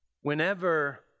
Whenever